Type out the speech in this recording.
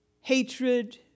hatred